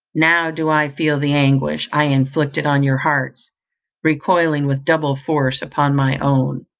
now do i feel the anguish i inflicted on your hearts recoiling with double force upon my own.